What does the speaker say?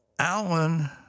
Alan